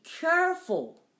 careful